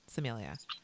Samelia